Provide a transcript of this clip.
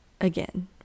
again